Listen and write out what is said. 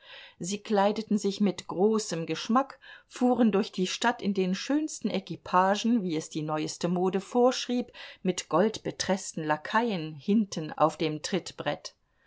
sie kleideten sich mit großem geschmack fuhren durch die stadt in den schönsten equipagen wie es die neueste mode vorschrieb mit goldbetreßten lakaien hinten auf dem trittbrett